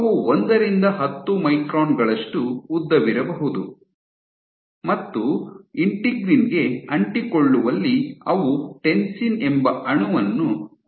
ಅವು ಒಂದರಿಂದ ಹತ್ತು ಮೈಕ್ರಾನ್ ಗಳಷ್ಟು ಉದ್ದವಿರಬಹುದು ಮತ್ತು ಇಂಟೆಗ್ರಿನ್ ಗೆ ಅಂಟಿಕೊಳ್ಳುವಲ್ಲಿ ಅವು ಟೆನ್ಸಿನ್ ಎಂಬ ಅಣುವನ್ನು ಹೊಂದಿರುತ್ತವೆ